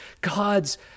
God's